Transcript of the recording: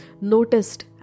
noticed